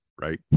right